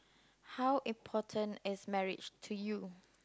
how important is marriage to you